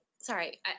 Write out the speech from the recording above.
sorry